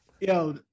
yo